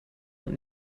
und